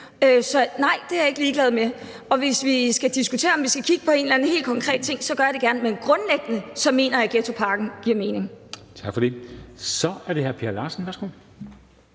Så nej, det er jeg ikke ligeglad med. Og hvis vi skal diskutere, om vi skal kigge på en eller anden helt konkret ting, gør jeg det gerne, men grundlæggende mener jeg, at ghettopakken giver mening. Kl. 15:04 Formanden (Henrik Dam